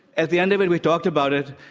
at the end of it, we talked about it,